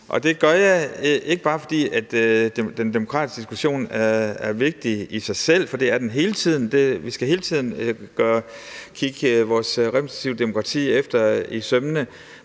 det gør jeg ikke bare, fordi den demokratiske diskussion er vigtig i sig selv – for det er den hele tiden, vi skal hele tiden kigge vores repræsentative demokrati efter i sømmene